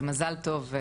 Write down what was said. ומזל טוב.